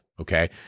Okay